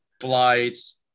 flights